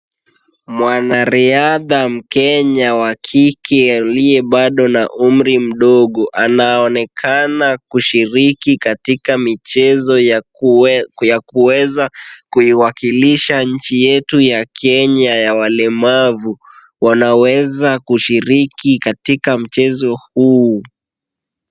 Mwanariadha mkenya wa kike aliye bado na umri mdogo anaonekana kushiriki katika michezo ya kuweza kuiwakilisha nchi yetu ya Kenya ya walemavu, wanaweza kushiriki katika mchezo huu.